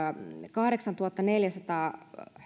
kahdeksantuhattaneljäsataa